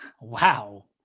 Wow